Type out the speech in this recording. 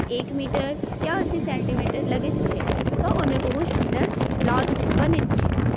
एक मीटर या अस्सी सेन्टीमीटर लगैत छै तऽ ओहिमे बहुत सुन्दर ब्लाउज बनैत छै